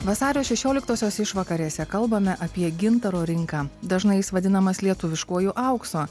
vasario šešioliktosios išvakarėse kalbame apie gintaro rinką dažnai jis vadinamas lietuviškuoju auksu